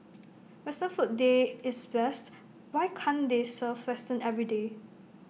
western food day is best why can they serve western everyday